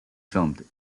filmed